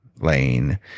lane